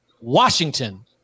Washington